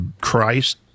Christ